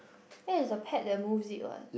that is a pet that moves it what